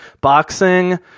boxing